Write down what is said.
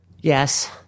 Yes